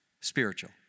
spiritual